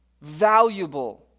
Valuable